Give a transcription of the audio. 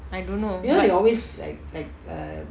I don't know what